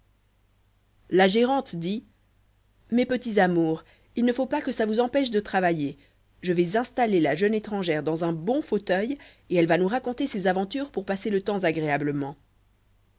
la gérante dit mes petits amours il ne faut pas que ça vous empêche de travailler je vais installer la jeune étrangère dans un bon fauteuil et elle va nous raconter ses aventures pour passer le temps agréablement